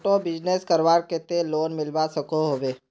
छोटो बिजनेस करवार केते लोन मिलवा सकोहो होबे?